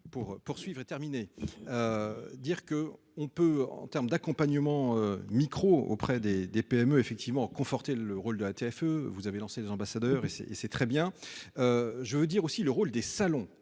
Pour poursuivre et terminer. Dire que on peut en termes d'accompagnement micro auprès des des PME effectivement conforter le rôle de la TFE, vous avez lancé l'ambassadeur et c'est et c'est très bien. Je veux dire aussi le rôle des salons